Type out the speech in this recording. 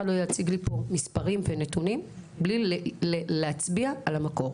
לא יציג פה מספרים ונתונים בלי להצביע על המקור.